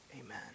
Amen